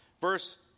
Verse